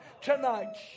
tonight